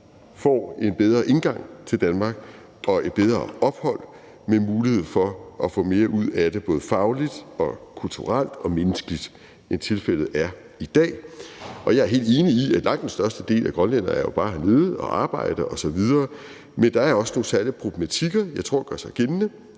får en bedre indgang til Danmark og et bedre ophold med mulighed for at få mere ud af det både fagligt, kulturelt og menneskeligt, end tilfældet er i dag. Og jeg er helt enig i, at langt størstedelen af grønlænderne jo bare er hernede for at arbejde osv., men jeg tror også, der er nogle særlige problematikker, som gør sig gældende,